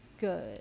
good